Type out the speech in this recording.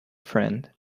friend